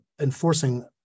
enforcing